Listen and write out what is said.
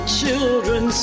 children